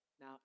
Now